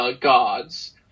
gods